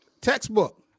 Textbook